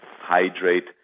hydrate